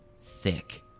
thick